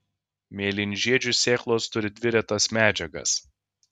mėlynžiedžių sėklos turi dvi retas medžiagas